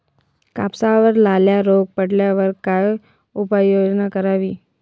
कापसावर लाल्या रोग पडल्यावर काय उपाययोजना करावी?